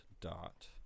dot